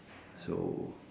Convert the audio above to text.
so